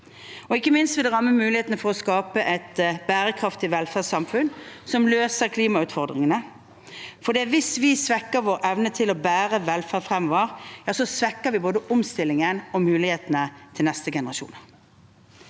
Ikke minst vil det ramme mulighetene for å skape et bærekraftig velferdssamfunn som løser klimautfordringene, for hvis vi svekker vår evne til å bære velferd fremover, svekker vi både omstillingen og mulighetene til neste generasjon.